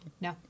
No